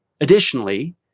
Additionally